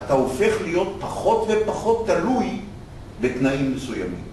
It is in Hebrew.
אתה הופך להיות פחות ופחות תלוי בתנאים מסוימים.